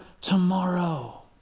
tomorrow